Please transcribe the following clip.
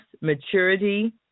maturity